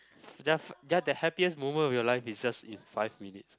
ya the happiest moment of your life is just in five minutes